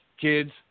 kids